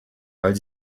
weil